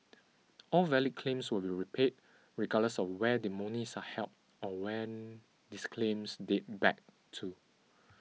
all valid claims will be repaid regardless of where the monies are held or when these claims date back to